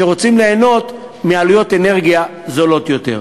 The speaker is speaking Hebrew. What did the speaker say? שרוצים ליהנות מעלויות אנרגיה זולות יותר.